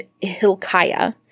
Hilkiah